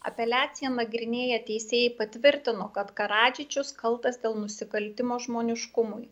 apeliaciją nagrinėję teisėjai patvirtino kad karadžičius kaltas dėl nusikaltimo žmoniškumui